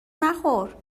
نخور